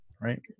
Right